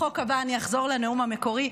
בחוק הבא אני אחזור לנאום המקורי.